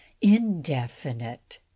indefinite